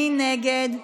מי נגד?